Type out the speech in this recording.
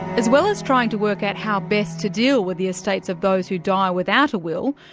as well as trying to work out how best to deal with the estates of those who die without a will,